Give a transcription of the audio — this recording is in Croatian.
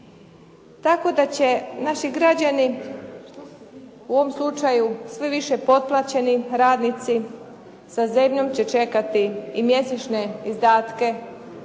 Tako da će naši građani, u ovom slučaju sve više potplaćeni radnici, sa zebnjom će čekati i mjesečne izdatke